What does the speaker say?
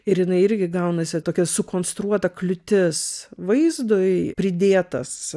ir jinai irgi gaunasi tokia sukonstruota kliūtis vaizdui pridėtas